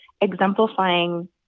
exemplifying